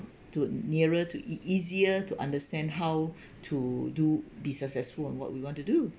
to nearer to ea~ easier to understand how to do be successful on what we want to do